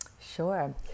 Sure